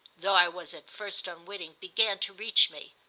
though i was at first unwitting, began to reach me.